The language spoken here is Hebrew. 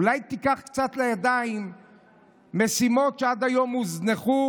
אולי תיקח קצת לידיים משימות שעד היום הוזנחו